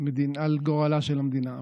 גורל של המדינה.